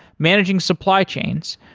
managing supply chains,